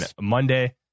Monday